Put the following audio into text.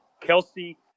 Kelsey